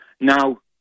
Now